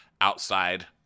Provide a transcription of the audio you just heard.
outside